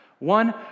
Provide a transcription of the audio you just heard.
One